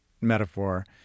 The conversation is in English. metaphor